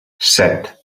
set